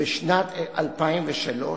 בשנת 2003,